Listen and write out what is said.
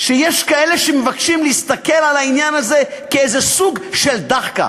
שיש כאלה שמבקשים להסתכל על זה כאיזה סוג של דחקה,